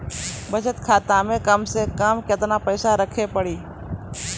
बचत खाता मे कम से कम केतना पैसा रखे पड़ी?